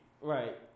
Right